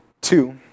Two